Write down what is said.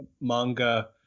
manga